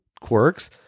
quirks